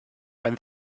when